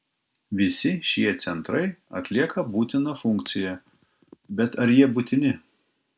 visi šie centrai atlieka būtiną funkciją bet ar jie būtini